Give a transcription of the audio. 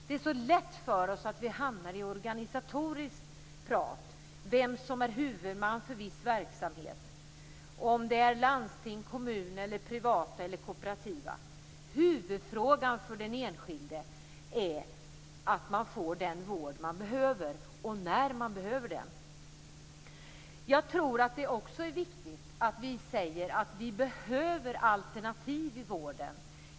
Det är så lätt för oss att hamna i organisatoriskt prat, vem som är huvudman för viss verksamhet, om det är landsting, kommun, privata eller kooperativa. Huvudfrågan för den enskilde är att man får den vård man behöver och när man behöver den. Jag tror att det också är viktigt att vi säger att vi behöver alternativ i vården.